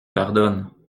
pardonne